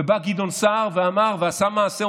בא גדעון סער ואמר ועשה מעשה,